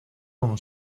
como